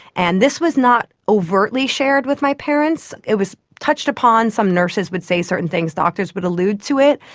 and this was not overtly shared with my parents, it was touched upon. some nurses would say certain things, doctors would allude to it.